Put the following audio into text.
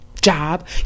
Job